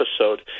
episode